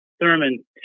Thurman